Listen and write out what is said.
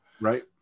Right